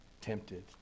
tempted